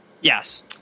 Yes